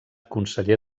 conseller